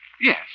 Yes